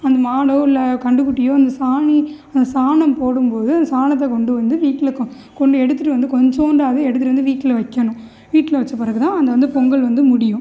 அந்த மாடோ இல்லை கன்று குட்டியோ அந்த சாணி அந்த சாணம் போடும்போது அந்த சாணத்தை கொண்டு வந்து வீட்டில் கொ எடுத்துகிட்டு வந்து கொஞ்சோஞ்சோண்டாவது எடுத்துகிட்டு வந்து வீட்டில் வைக்கணும் வீட்டில் வைச்ச பிறகு தான் அது வந்து பொங்கல் வந்து முடியும்